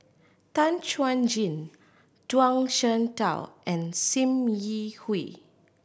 Tan Chuan Jin Zhuang Shengtao and Sim Yi Hui